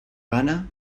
gana